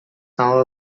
now